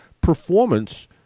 performance